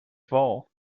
val